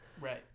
right